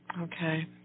Okay